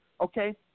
okay